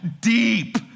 deep